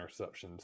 interceptions